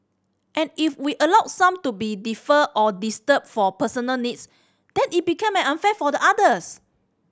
and if we allow some to be deferred or disrupted for personal needs then it become unfair for the others